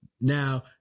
Now